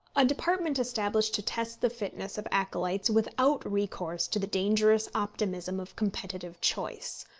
a department established to test the fitness of acolytes without recourse to the dangerous optimism of competitive choice.